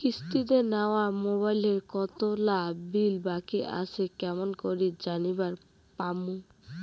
কিস্তিতে নেওয়া মোবাইলের কতোলা বিল বাকি আসে কেমন করি জানিবার পামু?